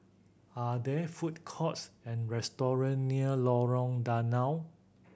are there food courts and restaurant near Lorong Danau